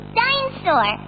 dinosaur